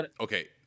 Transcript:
okay